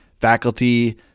faculty